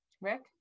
Rick